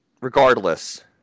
Regardless